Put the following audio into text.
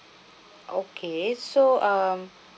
okay so um